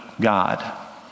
God